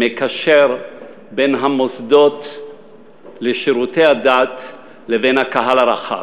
למקשר בין המוסדות לשירותי הדת לבין הקהל הרחב,